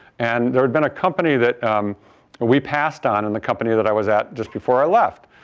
and there had been a company that we passed on in the company that i was at just before i left.